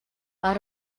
out